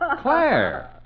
Claire